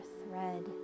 thread